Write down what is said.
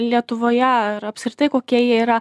lietuvoje ar apskritai kokie jie yra